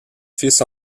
fils